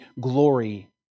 glory